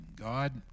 God